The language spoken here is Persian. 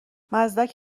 مزدک